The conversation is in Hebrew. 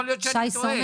יכול להיות שאני טועה.